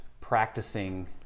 practicing